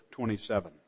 27